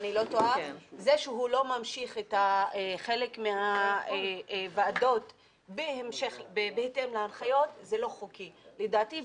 זה שהוא לא ממשיך חלק מהוועדות בהתאם להנחיות זה לא חוקי לדעתי,